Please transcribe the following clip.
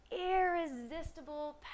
irresistible